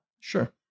Sure